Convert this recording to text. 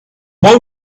boy